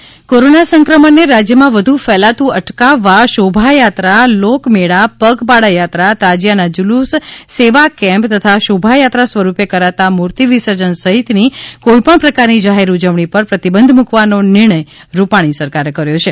લોક તહેવારોની ઉજવણી ઉપર પ્રતિબંધ કોરોના સંક્રમણને રાજ્યમાં વધુ ફેલાતું અટકાવવા શોભાયાત્રા લોક મેળા પગપાળા યાત્રા તાજીયાના જૂલુસ સેવા કેમ્પ તથા શોભાયાત્રા સ્વરૂપે કરાતા મૂર્તિ વિસર્જન સહિતની કોઇ પણ પ્રકારની જાહેર ઉજવણી પર પ્રતિબંધ મૂકવાનો નિર્ણય રુપાણી સરકારે કર્યો છે